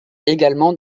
également